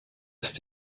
ist